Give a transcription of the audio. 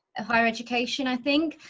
a higher education i think.